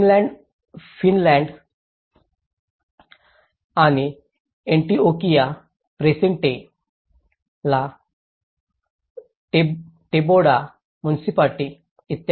Finlandia आणि 'Antioquia Presente' La Tebaida municipality इ